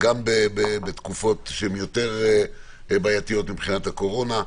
גם בתקופות שהן יותר בעייתיות מבחינת הקורונה,